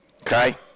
Okay